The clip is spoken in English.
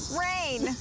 rain